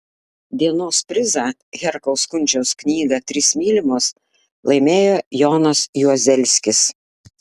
dienos prizą herkaus kunčiaus knygą trys mylimos laimėjo jonas juozelskis